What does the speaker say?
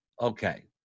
Okay